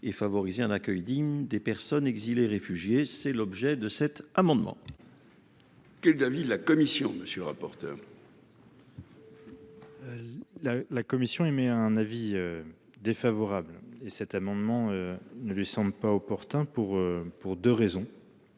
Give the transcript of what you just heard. et favoriser un accueil digne des personnes exilées réfugiés. C'est l'objet de cet amendement. Quel David la commission. Monsieur le rapporteur. La la commission émet un avis. Défavorable et cet amendement ne lui semble pas opportun pour, pour 2 raisons.